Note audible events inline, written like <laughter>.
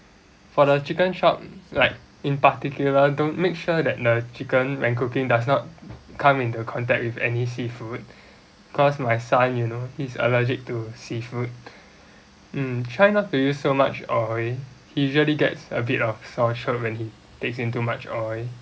for the chicken chop like in particular don't make sure that the chicken when cooking does not come in the contact with any seafood <breath> cause my son you know he's allergic to seafood <breath> mm try not to use so much oil he usually gets a bit of ulcer when he takes in too much oil